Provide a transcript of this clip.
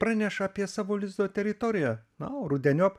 praneša apie savo lizdo teritoriją na o rudeniop